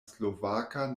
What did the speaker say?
slovaka